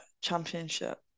championship